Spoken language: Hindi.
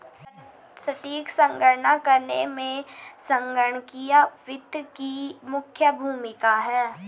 सटीक गणना करने में संगणकीय वित्त की मुख्य भूमिका है